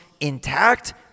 intact